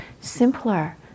simpler